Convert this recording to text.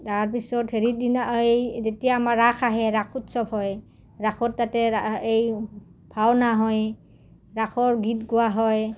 তাৰ পিছত হেৰি দিনা এই যেতিয়া আমাৰ ৰাস আহে ৰাস উৎসৱ হয় ৰাসত তাতে এই ভাওনা হয় ৰাসৰ গীত গোৱা হয়